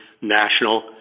national